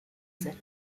sind